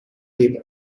liver